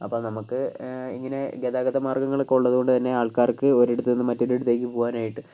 അപ്പോൾ നമുക്ക് ഇങ്ങനെ ഗതാഗത മാർഗ്ഗങ്ങൾ ഒക്കെ ഉള്ളതുകൊണ്ട് തന്നെ ആൾക്കാർക്ക് ഒരിടത്ത് നിന്നും മറ്റൊരിടത്തേക്ക് പോകാനായിട്ട്